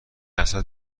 حسرت